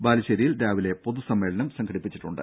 ബാലുശ്ശേരിയിൽ രാവിലെ പൊതുസമ്മേളനം സംഘടിപ്പിച്ചിട്ടുണ്ട്